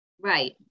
Right